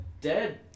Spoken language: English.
dead